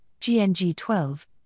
GNG12